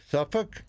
Suffolk